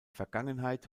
vergangenheit